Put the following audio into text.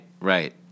right